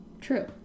True